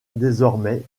désormais